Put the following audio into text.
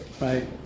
Right